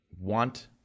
want